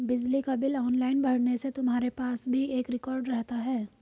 बिजली का bill online भरने से तुम्हारे पास भी एक रिकॉर्ड रहता है